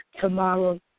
tomorrow